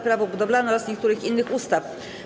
Prawo budowlane oraz niektórych innych ustaw.